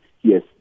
Yes